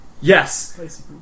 Yes